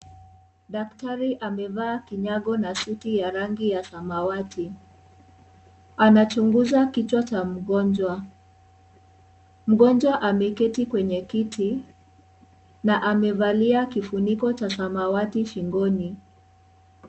Daktari amevaa kinyago na suti ya rangi ya samawati. Anachunguza kichwa cha mgonjwa. Mgonjwa ameketi kwenye kiti na amevalia kifuniko cha samawati shingoni.